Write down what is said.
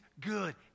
good